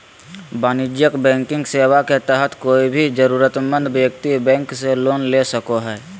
वाणिज्यिक बैंकिंग सेवा के तहत कोय भी जरूरतमंद व्यक्ति बैंक से लोन ले सको हय